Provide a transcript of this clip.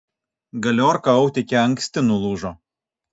galiorka autike anksti nulūžo